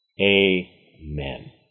Amen